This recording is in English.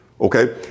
okay